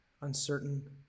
uncertain